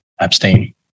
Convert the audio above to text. Abstain